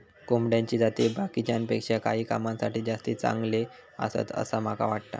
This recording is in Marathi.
कोंबड्याची जाती बाकीच्यांपेक्षा काही कामांसाठी जास्ती चांगले आसत, असा माका वाटता